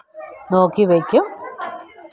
നോക്കി വയ്ക്കും